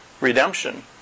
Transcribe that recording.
Redemption